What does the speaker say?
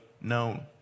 known